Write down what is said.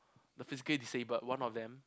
the physically disabled one of them